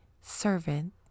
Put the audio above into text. servant